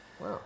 Wow